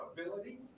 ability